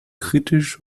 kritisch